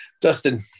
Dustin